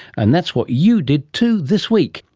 and that's what you did too this week,